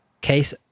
case